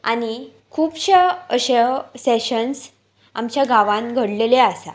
आनी खुबश्या अश्यो सॅशन्स आमच्या गांवान घडलेले आसा